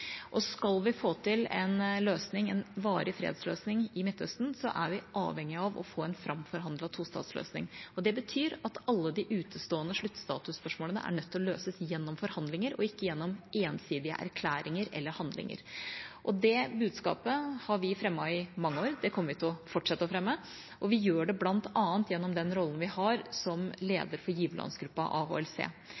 Skal vi få til en varig fredsløsning i Midtøsten, er vi avhengig av å få en framforhandlet tostatsløsning. Det betyr at alle de utestående sluttstatusspørsmålene er nødt til å løses gjennom forhandlinger og ikke gjennom ensidige erklæringer eller handlinger. Det budskapet har vi fremmet i mange år. Det kommer vi til å fortsette å fremme, og vi gjør det bl.a. gjennom den rollen vi har som